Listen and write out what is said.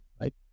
right